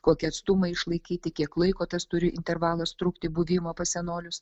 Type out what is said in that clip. kokį atstumą išlaikyti kiek laiko tas turi intervalas trukti buvimo pas senolius